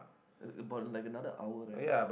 in about like another hour right